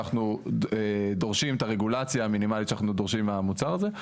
אנחנו דורשים את הרגולציה המינימלית שאנחנו דורשים מהמוצר הזה,